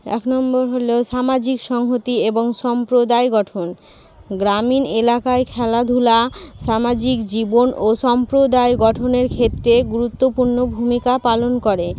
এক নম্বর হল সামাজিক সংহতি এবং সম্প্রদায় গঠন গ্রামীণ এলাকায় খেলাধূলা সামাজিক জীবন ও সম্প্রদায় গঠনের ক্ষেত্রে গুরুত্বপূর্ণ ভূমিকা পালন করে